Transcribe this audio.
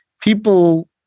people